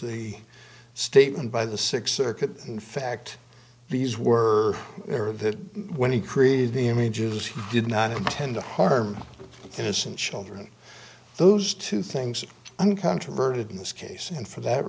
the statement by the sixth circuit in fact these were there that when he created the images he did not intend to harm innocent children those two things uncontroverted in this case and for that